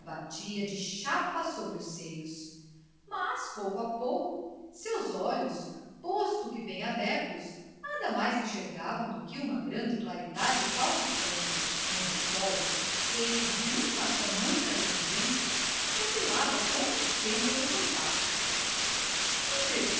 batia de chapa sobre os seios mas pouco a pouco seus olhos posto que bem abertos nada mais enxergavam do que uma grande claridade palpitante onde o sol feito de uma só mancha reluzente oscilava como um pêndulo fantástico